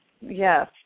Yes